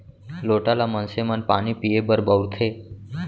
लोटा ल मनसे मन पानी पीए बर बउरथे